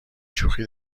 شوخی